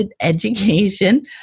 education